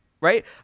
Right